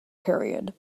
period